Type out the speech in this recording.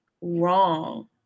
wrong